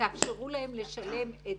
ולפליטים לשלם את